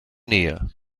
nähe